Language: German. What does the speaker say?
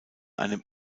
einem